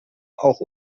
auch